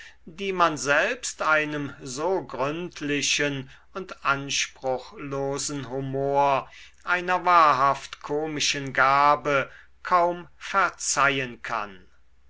die man selbst einem so gründlichen und anspruchlosen humor einer wahrhaft komischen gabe kaum verzeihen kann